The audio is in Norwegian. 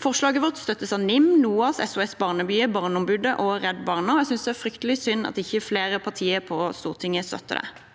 Forslaget vårt støttes av NIM, NOAS, SOS-barnebyer, Barneombudet og Redd Barna, og jeg synes det er fryktelig synd at ikke flere partier på Stortinget støtter det.